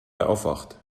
aufwacht